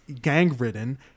gang-ridden